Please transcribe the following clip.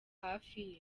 hafi